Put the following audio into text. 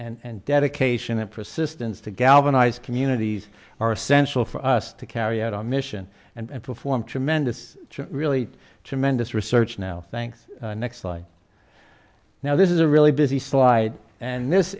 and dedication and persistence to galvanize communities are essential for us to carry out our mission and perform tremendous really tremendous research now thanks next like now this is a really busy slide and this